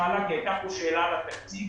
הייתה כאן שאלה על התקציב